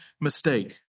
mistake